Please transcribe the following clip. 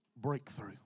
breakthrough